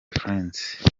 friends